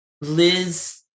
Liz